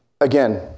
again